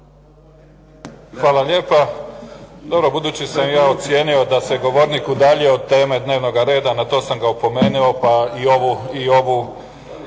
Hvala lijepa. Dobro budući sam ja ocijenio da se govornik udaljio od teme dnevnoga reda, na to sam ga opomenuo, pa i ovu